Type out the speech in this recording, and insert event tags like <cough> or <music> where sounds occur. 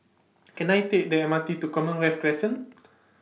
Can I Take The M R T to Commonwealth Crescent <noise>